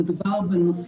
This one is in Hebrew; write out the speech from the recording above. מצד אחד, מדובר בנושא